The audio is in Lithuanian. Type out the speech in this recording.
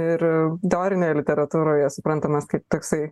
ir teorinėje literatūroje suprantamas kaip toksai